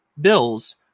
bills